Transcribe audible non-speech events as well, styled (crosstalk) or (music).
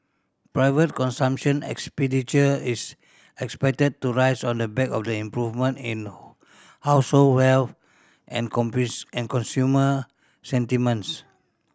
private consumption expenditure is expected to rise on the back of the improvement in (unintelligible) household wealth and (unintelligible) and consumer sentiments